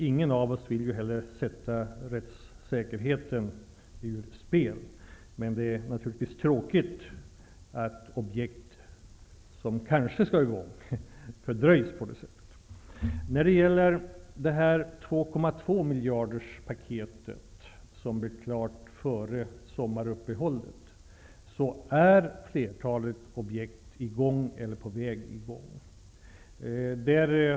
Ingen av oss vill sätta rättssäkerheten ur spel, men det är naturligtvis tråkigt att objekt, som kanske skall sättas i gång, fördröjs på det sättet. När det gäller det paket på 2,2 miljarder som blev klart före sommaruppehållet är flertalet objekt i gång eller på väg att komma i gång.